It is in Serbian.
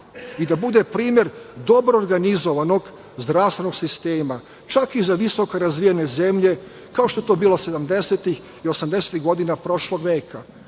i da bude primer dobro organizovanog zdravstvenog sistema, čak i za visoko razvijene zemlje, kao što je to bilo sedamdesetih i osamdesetih